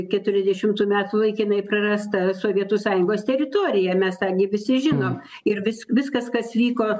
keturiasdešimų metų laikinai prarasta sovietų sąjungos teritorija mes tą gi visi žinom ir vis viskas kas vyko